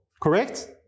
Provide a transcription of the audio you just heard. Correct